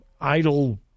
idle